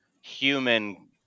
human